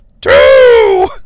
Two